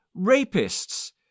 rapists